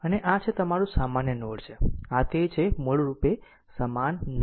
અને આ એ તમારું સામાન્ય નોડ છે આ તે છે મૂળરૂપે સમાન નોડ